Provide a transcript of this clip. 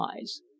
eyes